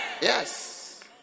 Yes